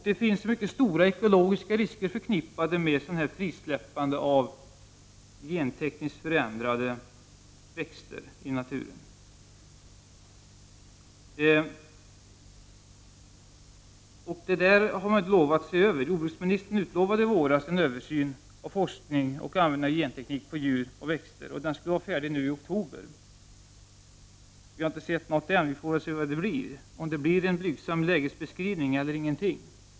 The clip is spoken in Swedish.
Det finns mycket stora ekologiska risker förknippade med frisläppande av gentekniskt förändrade växter i naturen. Jordbruksministern utlovade i våras en översyn av forskning av användningen av genteknik på djur och växter som skall vara färdig nu i oktober. Vi har inte sett något än. Vi får väl se vad det blir, om det blir en blygsam lägesbeskrivning eller ingenting.